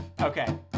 okay